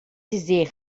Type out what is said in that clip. dizer